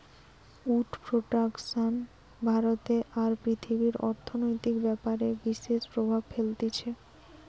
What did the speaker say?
would production ভারতে আর পৃথিবীর অর্থনৈতিক ব্যাপারে বিশেষ প্রভাব ফেলতিছে